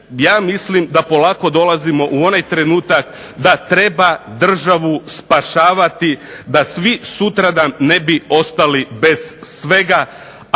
ja mislim da polako dolazimo u onaj trenutak da treba državu spašavati, da svi sutradan ne bi ostali bez svega